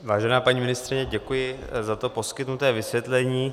Vážená paní ministryně, děkuji za poskytnuté vysvětlení.